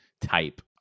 type